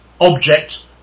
object